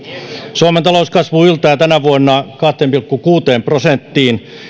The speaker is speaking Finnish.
suomen talouskasvu yltää tänä vuonna kahteen pilkku kuuteen prosenttiin